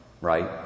right